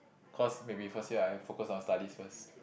cause maybe first year I have focus on studies first